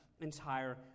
entire